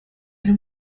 eine